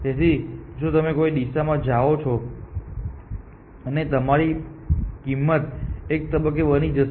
તેથી જો તમે કોઈ દિશામાં જાઓ અને તમારી કિંમત એક તબક્કે બની જશે